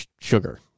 Sugar